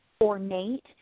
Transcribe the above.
ornate